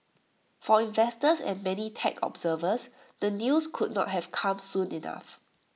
for investors and many tech observers the news could not have come soon enough